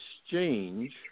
exchange